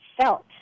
felt